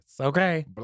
okay